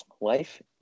life